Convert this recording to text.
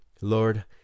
Lord